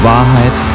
Wahrheit